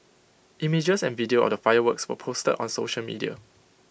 images and video of the fireworks were posted on social media